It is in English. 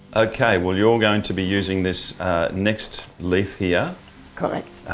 okay, well you're going to be using this next leaf here correct.